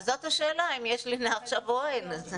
זו השאלה, אם יש לינה עכשיו או אין.